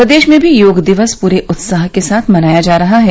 प्रदेश में भी योग दिवस पूरे उत्साह के साथ मनाया जा रहा है